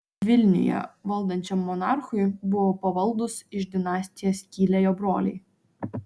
vilniuje valdančiam monarchui buvo pavaldūs iš dinastijos kilę jo broliai